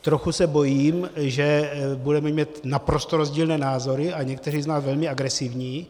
Trochu se bojím, že budeme mít naprosto rozdílné názory, a někteří z nás velmi agresivní.